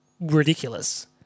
ridiculous